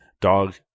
dog